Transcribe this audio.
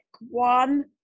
one